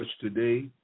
today